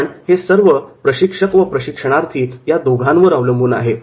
पण हे सर्व प्रशिक्षक व प्रशिक्षणार्थी या दोघांवर अवलंबून आहे